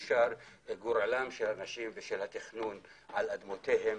גורלם של אנשים ושל התכנון על אדמותיהם,